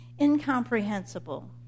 incomprehensible